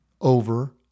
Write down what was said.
over